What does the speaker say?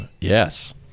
Yes